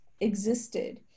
existed